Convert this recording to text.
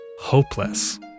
hopeless